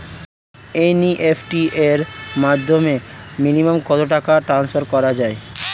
NEFT র মাধ্যমে minimum কত টাকা টান্সফার করা যায়?